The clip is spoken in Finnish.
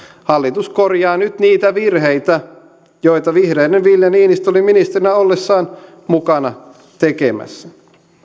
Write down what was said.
hallitus korjaa nyt niitä virheitä joita vihreiden ville niinistö oli ministerinä ollessaan mukana tekemässä